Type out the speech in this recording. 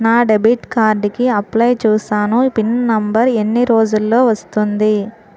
నా debit card కి apply చూసాను పిన్ నంబర్ ఎన్ని రోజుల్లో వస్తుంది?